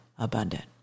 abundant